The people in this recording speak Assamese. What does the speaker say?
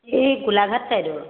এই গোলাঘাট চাইদৰ